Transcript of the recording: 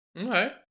Okay